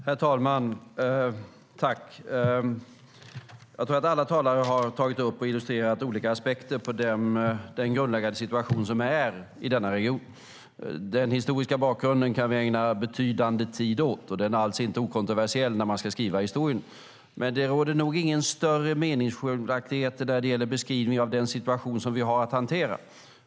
Herr talman! Jag tror att alla talare har tagit upp och illustrerat olika aspekter av den grundläggande situation som råder i denna region. Den historiska bakgrunden kan vi ägna betydande tid åt, och den är alls inte okontroversiell när man ska skriva historia, men det råder nog inga större meningsskiljaktigheter när det gäller beskrivningen av den situation som vi har att hantera.